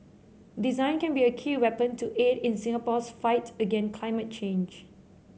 design can be a key weapon to aid in Singapore's fight against climate change